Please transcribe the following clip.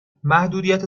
محدودیت